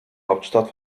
hauptstadt